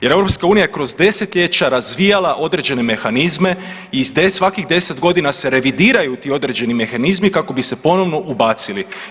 Jer EU je kroz desetljeća razvijala određene mehanizme i svakih 10 godina se revidiraju ti određeni mehanizmi kako bi se ponovno ubacili.